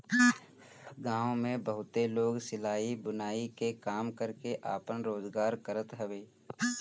गांव में बहुते लोग सिलाई, बुनाई के काम करके आपन रोजगार करत हवे